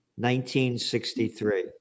1963